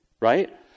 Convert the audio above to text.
Right